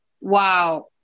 wow